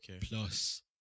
plus